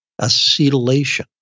acetylation